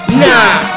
nah